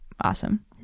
awesome